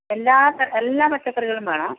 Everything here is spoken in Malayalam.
എല്ലാ എല്ലാ പച്ചക്കറികളും വേണം